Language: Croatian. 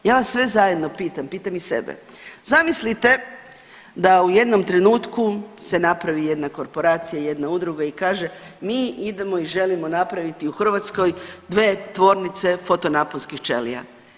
Ja vas sve zajedno pitam, pitam i sebe zamislite da u jednom trenutku se napravi jedna korporacija, jedna udruga i kaže mi idemo i želimo napraviti u Hrvatskoj dvije tvornice fotonaponskih ćelija.